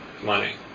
money